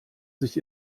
sich